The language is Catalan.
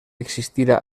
existira